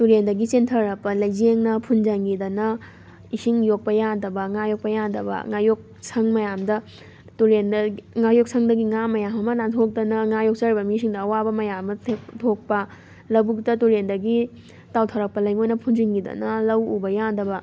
ꯇꯨꯔꯦꯜꯗꯒꯤ ꯆꯦꯟꯊꯔꯛꯄ ꯂꯩꯆꯦꯡꯅ ꯐꯨꯟꯖꯟꯈꯤꯗꯅ ꯏꯁꯤꯡ ꯌꯣꯛꯄ ꯌꯥꯗꯕ ꯉꯥ ꯌꯣꯛꯄ ꯌꯥꯗꯕ ꯉꯥꯌꯣꯛ ꯁꯪ ꯃꯌꯥꯝꯗ ꯇꯨꯔꯦꯜꯗ ꯉꯥꯌꯣꯛ ꯁꯪꯗꯒꯤ ꯉꯥ ꯃꯌꯥꯝ ꯑꯃ ꯅꯥꯟꯊꯣꯛꯇꯅ ꯉꯥ ꯌꯣꯛꯆꯔꯤꯕ ꯃꯤꯁꯤꯡꯗ ꯑꯋꯥꯕ ꯃꯌꯥꯝ ꯑꯃ ꯊꯣꯛꯄ ꯂꯧꯕꯨꯛꯇ ꯇꯨꯔꯦꯜꯗꯒꯤ ꯇꯥꯎꯊꯔꯛꯄ ꯂꯩꯉꯣꯏꯅ ꯐꯨꯟꯖꯤꯡꯈꯤꯗꯅ ꯂꯧ ꯎꯕ ꯌꯥꯗꯕ